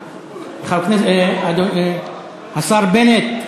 ה"כרגע", השר בנט?